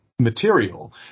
material